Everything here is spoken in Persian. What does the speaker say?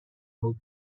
بود